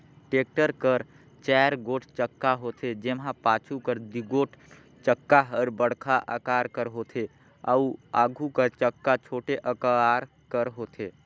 tractor कर चाएर गोट चक्का होथे, जेम्हा पाछू कर दुगोट चक्का हर बड़खा अकार कर होथे अउ आघु कर चक्का छोटे अकार कर होथे